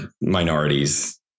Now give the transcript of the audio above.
minorities